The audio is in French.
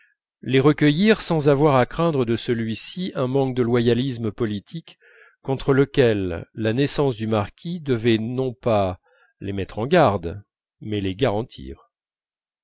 les recueillir sans avoir à craindre de celui-ci un manque de loyalisme politique contre lequel la naissance du marquis devait non pas les mettre en garde mais les garantir